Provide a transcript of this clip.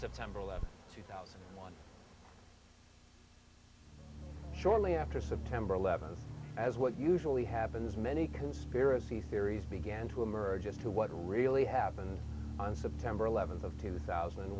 september eleventh two thousand and one shortly after september eleventh as what usually happens many conspiracy theories began to emerge as to what really happened on september eleventh of two thousand and